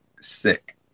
sick